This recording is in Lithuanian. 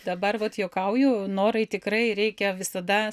dabar vat juokauju norai tikrai reikia visada